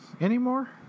anymore